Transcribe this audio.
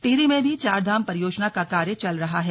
टिहरी में भी चारधाम परियोजना का कार्य चल रहा है